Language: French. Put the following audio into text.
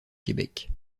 québec